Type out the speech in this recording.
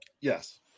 Yes